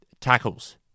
tackles